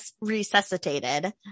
resuscitated